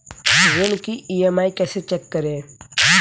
ऋण की ई.एम.आई कैसे चेक करें?